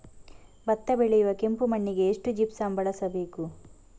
ಭತ್ತ ಬೆಳೆಯುವ ಕೆಂಪು ಮಣ್ಣಿಗೆ ಎಷ್ಟು ಜಿಪ್ಸಮ್ ಬಳಸಬೇಕು?